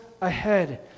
ahead